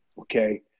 Okay